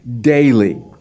daily